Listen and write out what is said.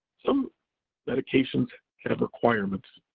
some medications have requirements.